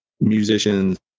musicians